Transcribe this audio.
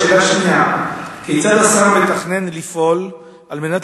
שאלה שנייה: כיצד השר מתכוון לפעול על מנת